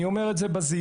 אני אומר את זה בזהירות.